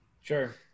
Sure